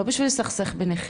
לא בשביל לסכסך ביניכם.